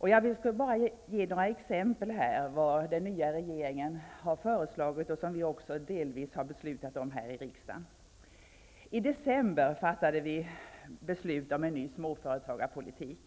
Jag vill bara anföra några exempel på vad den nya regeringen har föreslagit -- sådant som vi också delvis fattat beslut om här i riksdagen. I december fattade riksdagen beslut om en ny småföretagarpolitik.